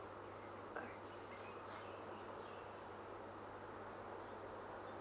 correct